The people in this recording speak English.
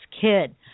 Kid